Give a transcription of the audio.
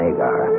Agar